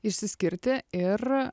išsiskirti ir